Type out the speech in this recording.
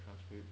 transcript